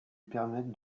permettaient